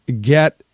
get